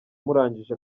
murangije